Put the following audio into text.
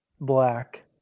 black